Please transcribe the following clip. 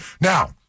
Now